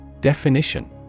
Definition